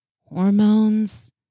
Hormones